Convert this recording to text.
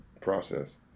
process